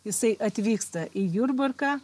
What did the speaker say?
jisai atvyksta į jurbarką